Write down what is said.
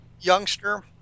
youngster